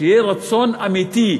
שיהיה רצון אמיתי,